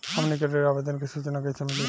हमनी के ऋण आवेदन के सूचना कैसे मिली?